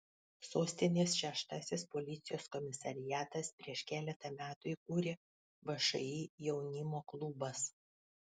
sostinės šeštasis policijos komisariatas prieš keletą metų įkūrė všį jaunimo klubas